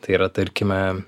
tai yra tarkime